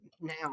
now